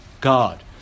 God